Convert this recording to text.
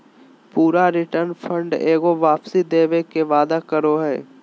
पूरा return fund एगो वापसी देवे के वादा करो हइ